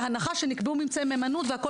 בהנחה שנקבעו ממצאי מהימנות והכול